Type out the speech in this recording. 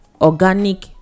organic